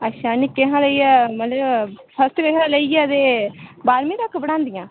अच्छा निक्कें शा लेइयै मतलब फर्स्ट कशा लेइयै ते बाह्रमीं तक पढ़ांदियां